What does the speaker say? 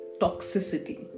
toxicity